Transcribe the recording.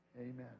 amen